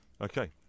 Okay